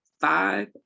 Five